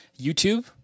YouTube